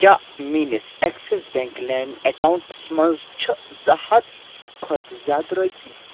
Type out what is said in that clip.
کیٛاہ میٲنِس Axis Bank لیِم ایٚکلاونٹَس منٛز چھُ زٕ ہتھ کھۄتہٕ زِیٛادٕ رۄپیہِ